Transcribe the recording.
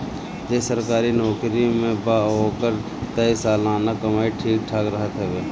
जे सरकारी नोकरी में बा ओकर तअ सलाना कमाई ठीक ठाक रहत हवे